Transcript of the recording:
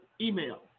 email